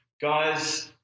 guys